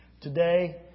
Today